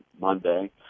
Monday